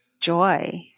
joy